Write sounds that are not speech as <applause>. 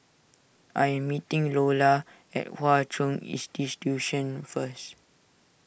I am meeting Lolla at Hwa Chong <unintelligible> first